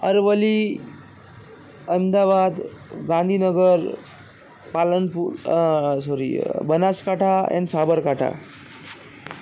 Aravalli Ahmedabad Gandhinagar Palanpur sorry Banaskantha એન સાબરકાંઠા